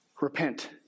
Repent